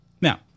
Now